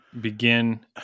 begin